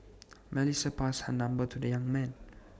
Melissa passed her number to the young man